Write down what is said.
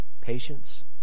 patience